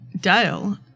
Dale